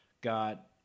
got